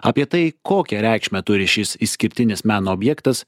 apie tai kokią reikšmę turi šis išskirtinis meno objektas